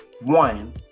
One